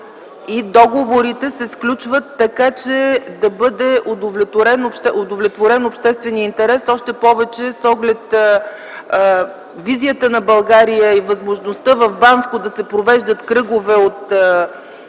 и договорите се сключват така, че да бъде удовлетворен общественият интерес, още повече с оглед визията на България и възможността да се провеждат кръгове от